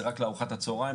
זה רק לארוחת הצוהריים,